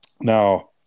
Now –